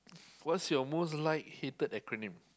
what's your most like hated acronym